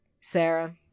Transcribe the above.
Sarah